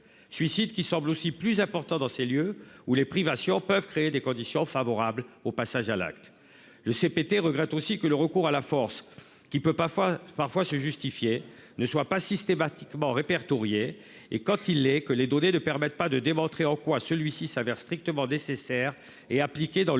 suicide qui semble aussi plus important dans ces lieux où les privations peuvent créer des conditions favorables au passage à l'acte, le CPT regrette aussi que le recours à la force qui peut parfois parfois se justifier ne soit pas systématiquement répertoriée et quand il est que les données de permettent pas de démontrer en quoi celui-ci s'avère strictement nécessaire et appliqué dans le